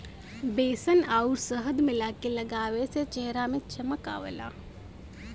बेसन आउर शहद मिला के लगावे से चेहरा में चमक आवला